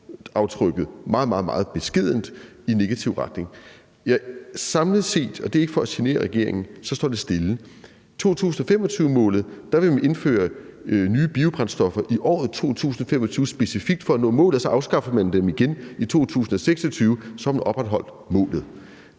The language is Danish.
CO2-aftrykket meget, meget beskedent i negativ retning. Samlet set – og det er ikke for at genere regeringen – står det stille. I forhold til 2025-målet vil man indføre nye biobrændstoffer i år 2025, specifikt, for at nå målet, og så afskaffer man dem igen i 2026, og så har man opretholdt målet.